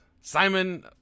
Simon